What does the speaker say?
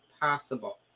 possible